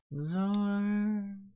Zor